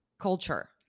culture